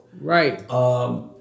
Right